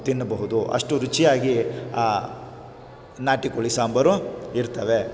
ತಿನ್ನಬಹುದು ಅಷ್ಟು ರುಚಿಯಾಗಿ ಆ ನಾಟಿ ಕೋಳಿ ಸಾಂಬಾರು ಇರ್ತವೆ